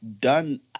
done